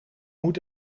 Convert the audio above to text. moet